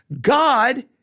God